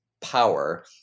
power